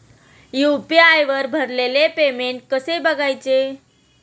UPI वर आलेले payment कसे बघायचे?